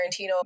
Tarantino